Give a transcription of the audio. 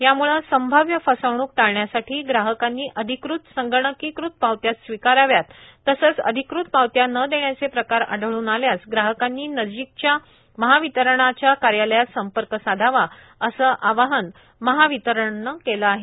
यामुळे संभाव्य फसवणुक टाळण्यासाठी ग्राहकांनी अधिकृत संगणकीकृत पावत्याच स्विकाराव्यात तसंच अधिकृत पावत्या न देण्याचे प्रकार आढळून आल्यास ग्राहकांनी नजिकच्या महावितरणाच्या कार्यालयात संपर्क साधावा असं आवाहन महावितरणानं केलं आहे